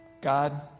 God